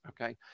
okay